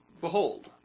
behold